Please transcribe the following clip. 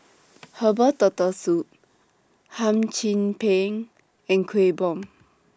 Herbal Turtle Soup Hum Chim Peng and Kueh Bom